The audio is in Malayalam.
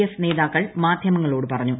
എഫ് നേതാക്കൾ മാധ്യമങ്ങളോട് പറഞ്ഞു